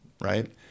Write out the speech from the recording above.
right